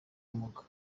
ubumuga